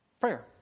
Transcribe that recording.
Prayer